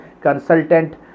consultant